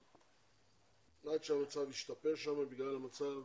עד שהמצב ישתפר, בגלל המצב